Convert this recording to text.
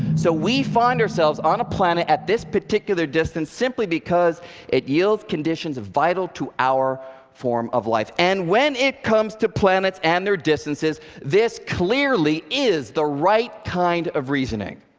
so we find ourselves on a planet at this particular distance simply because it yields conditions vital to our form of life. and when it comes to planets and their distances, this clearly is the right kind of reasoning.